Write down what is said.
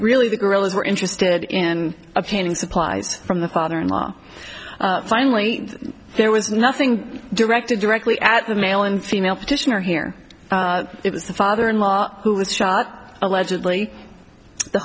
really the guerrillas were interested in obtaining supplies from the father in law finally there was nothing directed directly at the male and female petitioner here it was the father in law who was shot allegedly the